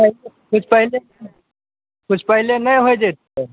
किछु पहिले किछु पहिले नहि होइ जयतै